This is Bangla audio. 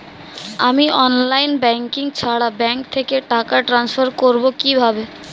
আমি অনলাইন ব্যাংকিং ছাড়া ব্যাংক থেকে টাকা ট্রান্সফার করবো কিভাবে?